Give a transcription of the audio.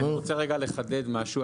-- אני רוצה רגע לחדד משהו.